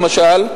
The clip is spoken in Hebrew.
למשל,